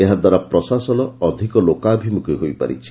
ଏହାଦ୍ୱାରା ପ୍ରଶାସନ ଅଧିକ ଲୋକାଭିମୁଖୀ ହୋଇପାରିଛି